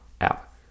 app